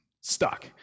stuck